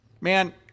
Man